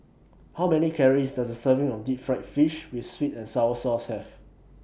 How Many Calories Does A Serving of Deep Fried Fish with Sweet and Sour Sauce Have